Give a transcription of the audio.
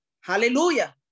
hallelujah